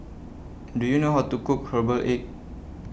Do YOU know How to Cook Herbal Egg